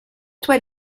toile